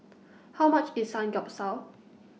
How much IS Samgeyopsal